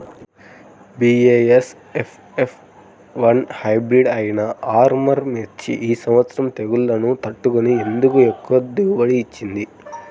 BASF F one hybrid అయినా ఆర్ముర్ మిర్చి ఈ సంవత్సరం తెగుళ్లును తట్టుకొని ఎందుకు ఎక్కువ దిగుబడి ఇచ్చింది?